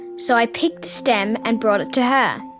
so i picked the stem and brought it to her.